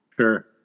Sure